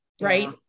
Right